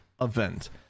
event